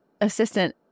assistant